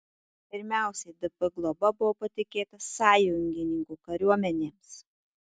pirmiausia dp globa buvo patikėta sąjungininkų kariuomenėms